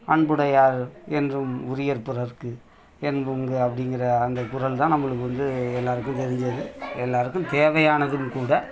அன்புடையார் என்றும் உரியர் பிறருக்கு என்புங்க அப்படிங்கிற அந்த குறள் தான் நம்மளுக்கு வந்து எல்லோருக்கும் தெரிஞ்சது எல்லோருக்கும் தேவையானதும் கூட